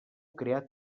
creat